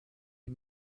and